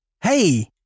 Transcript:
hey